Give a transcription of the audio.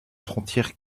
frontière